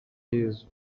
yezu